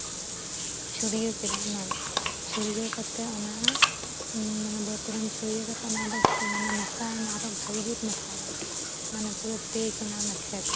ᱪᱷᱩᱲᱭᱟᱹᱣ ᱠᱮᱫᱟᱢ ᱚᱱᱟᱫᱚ ᱪᱷᱩᱲᱭᱟᱹᱣ ᱠᱟᱛᱮ ᱚᱱᱟ ᱢᱟᱱᱮ ᱵᱟᱹᱫᱽ ᱨᱮ ᱪᱷᱩᱲᱭᱟᱹᱣ ᱠᱟᱛᱮ ᱚᱱᱟ ᱫᱚ ᱢᱟᱱᱮ ᱢᱮᱥᱟᱭᱱᱟ ᱟᱨᱚ ᱵᱷᱟᱜᱮ ᱡᱩᱛ ᱢᱮᱥᱟᱭᱮᱱᱟ ᱢᱟᱱᱮ ᱯᱩᱨᱟᱹ ᱛᱮᱡᱽ ᱮᱱᱟ ᱚᱱᱟ ᱠᱷᱮᱛ